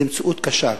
זה מציאות קשה,